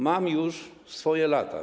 Mam już swoje lata.